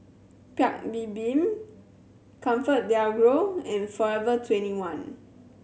Paik Bibim ComfortDelGro and Forever Twenty one